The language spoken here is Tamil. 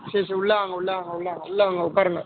சரி சரி உள்ளே வாங்க உள்ளே வாங்க உள்ளே வாங்க உள்ளே வாங்க உட்காருங்க